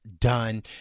done